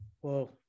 whoa